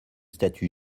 statue